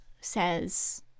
says